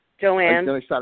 Joanne